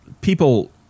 people